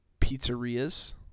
pizzerias